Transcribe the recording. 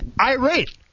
Irate